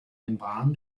membran